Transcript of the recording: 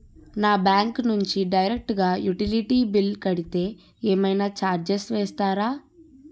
నా బ్యాంక్ నుంచి డైరెక్ట్ గా యుటిలిటీ బిల్ కడితే ఏమైనా చార్జెస్ వేస్తారా?